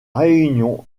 réunion